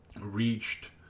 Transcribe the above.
Reached